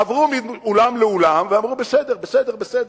עברו מאולם לאולם ואמרו: בסדר, בסדר, בסדר.